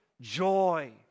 joy